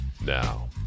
now